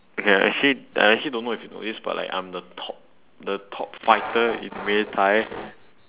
okay actually I actually don't know if you know this but like I'm like the top the top fighter in muay-thai